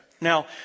Now